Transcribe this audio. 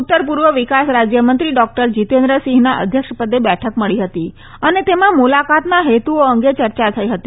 ઉત્તર પૂર્વ વિકાસ રાજ્યમંત્રી ડોક્ટર જીતેન્દ્રસિંહના અધ્યક્ષપદે બેઠક મળી હતી અને તેમાં મુલાકાતના હેતુઓ અંગે યર્ચા થઈ હતી